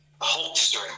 holster